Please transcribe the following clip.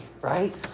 right